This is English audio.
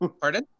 Pardon